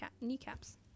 kneecaps